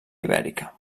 ibèrica